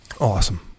Awesome